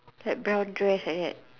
like brown dress like that